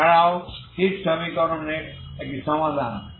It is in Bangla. এছাড়াও হিট সমীকরণের একটি সমাধান